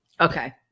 Okay